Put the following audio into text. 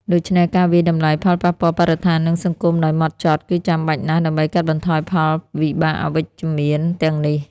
ដួច្នេះការវាយតម្លៃផលប៉ះពាល់បរិស្ថាន និងសង្គមដោយហ្មត់ចត់ គឺចាំបាច់ណាស់ដើម្បីកាត់បន្ថយផលវិបាកអវិជ្ជមានទាំងនេះ។